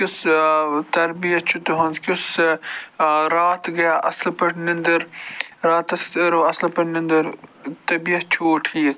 کیُس تربیَت چھِ تِہُنٛز کیُس راتھ گٔیا اصٕل پٲٹھۍ نِنٛدٕر راتَس کٔرو اصٕل پٲٹھۍ نِنٛدٕر طبیعت چھُوٕ ٹھیٖک